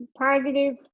positive